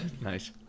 Nice